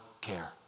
care